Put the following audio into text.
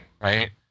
Right